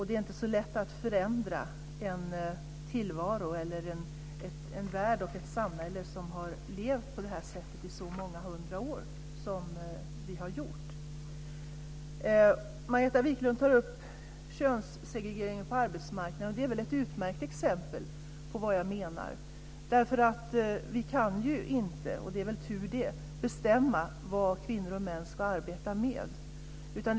Det är inte så lätt att förändra en värld, ett samhälle som har levt på det här sättet i så många hundra år som vi har gjort. Margareta Viklund tar upp könssegregeringen på arbetsmarknaden. Det är ett utmärkt exempel på vad jag menar. Vi kan inte bestämma vad kvinnor och män ska arbeta med, och det är väl tur det.